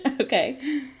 Okay